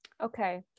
okay